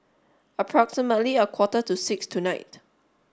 approximately a quarter to six tonight